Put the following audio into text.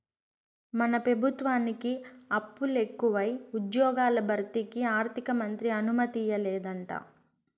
మన పెబుత్వానికి అప్పులెకువై ఉజ్జ్యోగాల భర్తీకి ఆర్థికమంత్రి అనుమతియ్యలేదంట